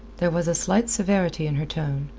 there was a slight severity in her tone,